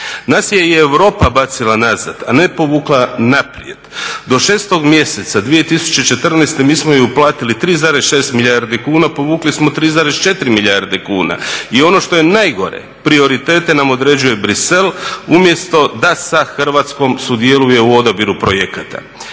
Nas je i Europa bacila nazad, a ne povukla naprijed. Do šestog mjeseca 2014. mi smo joj uplatili 3,6 milijardi kuna, povukli smo 3,4 milijarde kuna i ono što je najgore prioritete nam određuje Bruxelles umjesto da sa Hrvatskom sudjeluje u odabiru projekata.